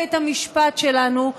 ובבית המשפט שלנו,